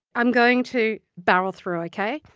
i'm going to barrel through, ok?